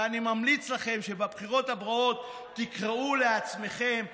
ואני ממליץ לכם שבבחירות הבאות תקראו לעצמכם גבנ"צ,